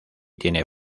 tiene